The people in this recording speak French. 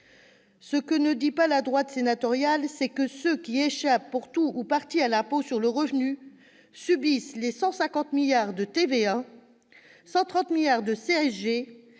Ce que ne dit pas la droite sénatoriale, c'est que ceux qui échappent pour tout ou partie à l'impôt sur le revenu subissent les 150 milliards d'euros de TVA, les 130 milliards d'euros